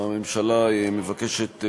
הממשלה מבקשת,